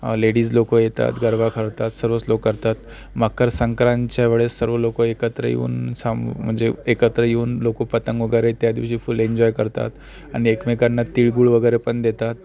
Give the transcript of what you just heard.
ladies लोकं येतात गरबा खेळतात सर्वच लोक करतात मकर संक्रांतच्या वेळेस सर्व लोकं एकत्र येऊन सामु म्हणजे एकत्र येऊन लोकं पतंग वगैरे त्या दिवशी फुल एन्जॉय करतात आणि एकमेकांना तिळगुळ वगैरे पण देतात